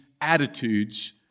attitudes